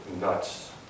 nuts